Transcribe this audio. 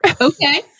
Okay